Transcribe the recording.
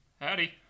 Howdy